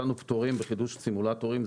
נתנו פטורים בחידוש סימולטורים.